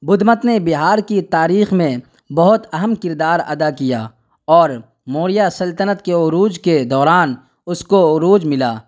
بدھ مت نے بہار کی تاریخ میں بہت اہم کردار ادا کیا اور موریہ سلطنت کے عروج کے دوران اس کو عروج ملا